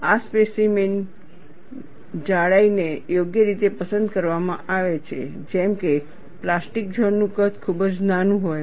આ સ્પેસીમેન જાડાઈ ને યોગ્ય રીતે પસંદ કરવામાં આવે છે જેમ કે પ્લાસ્ટિક ઝોન નું કદ ખૂબ જ નાનું હોય